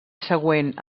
següent